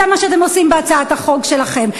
זה מה שאתם עושים בהצעת החוק שלכם.